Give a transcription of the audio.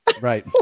Right